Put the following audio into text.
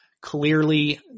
clearly